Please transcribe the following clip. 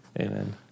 Amen